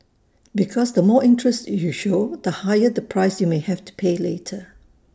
because the more interest you show the higher the price you may have to pay later